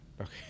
Okay